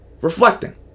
reflecting